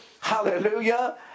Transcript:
Hallelujah